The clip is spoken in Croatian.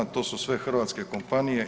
To su sve hrvatske kompanije.